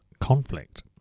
conflict